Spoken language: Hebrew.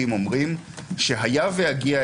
הצד השני אומר שזה דווקא מפחית מהחיכוך בין הרשויות